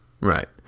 Right